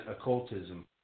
occultism